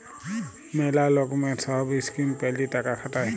ম্যালা লকমের সহব ইসকিম প্যালে টাকা খাটায়